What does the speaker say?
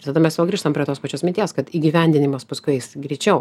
ir tada mes vėl grįžtam prie tos pačios minties kad įgyvendinimas paskui eis greičiau